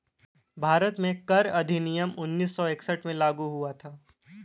भारत में कर अधिनियम उन्नीस सौ इकसठ में लागू हुआ था